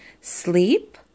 sleep